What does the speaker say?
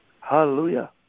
Hallelujah